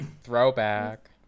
Throwback